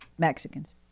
Mexicans